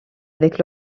avec